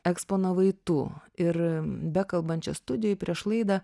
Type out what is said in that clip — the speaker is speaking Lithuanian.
eksponavai tu ir bekalbant čia studijoj prieš laidą